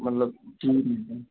मतलब टी